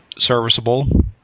serviceable